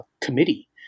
committee